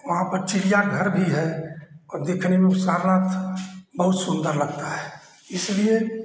वहाँ पर चिड़ियाघर भी है और देखने में सारनाथ बहुत सुंदर लगता है इसलिए